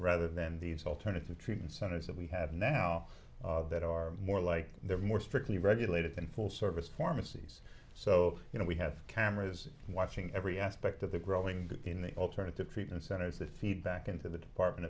rather than these alternative treatment centers that we have now that are more like they're more strictly regulated than full service for missy's so you know we have cameras watching every aspect of the growing in the alternative treatment centers that feed back into the department